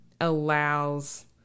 allows